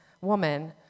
woman